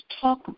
talk